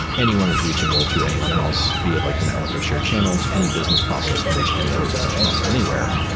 anyone is reachable through anyone else, be it like the network of shared channels. any business process can reach any other business process anywhere.